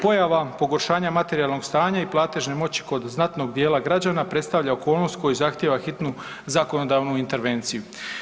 Pojava pogoršanja materijalnog stanja i platežne moći kod znatnog dijela građana predstavlja okolnost koja zahtjeva hitnu zakonodavnu intervenciju.